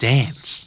Dance